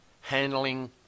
handling